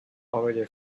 already